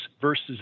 versus